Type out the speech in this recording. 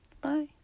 Bye